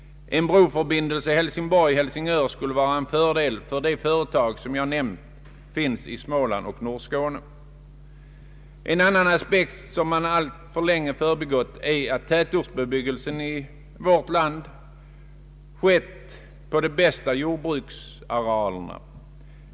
En broförbindelse Hälsingborg—Helsingör skulle vara en fördel för de företag som jag har nämnt finns i Småland och Nordskåne. En annan aspekt som man alltför länge har förbigått är att tätortsbebyggelsen i vårt land har skett på de bästa jordbruksarealerna.